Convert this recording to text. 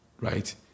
right